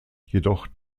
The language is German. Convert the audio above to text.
jedoch